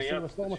וכשעושים רפורמה,